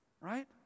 Right